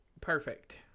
Perfect